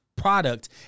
product